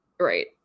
Right